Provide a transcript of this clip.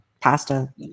Pasta